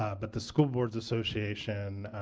ah but the school boards association